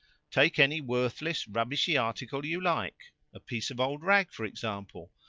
take any worthless, rubbishy article you like a piece of old rag, for example.